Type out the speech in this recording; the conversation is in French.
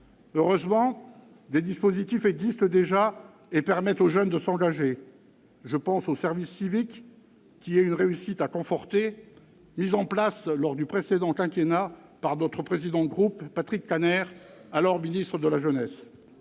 Heureusement, des dispositifs existent déjà et permettent aux jeunes de s'engager. Je pense au service civique, une réussite à conforter mise en place lors du précédent quinquennat par notre président de groupe, Patrick Kanner, alors ministre de la jeunesse.